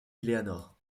eleanor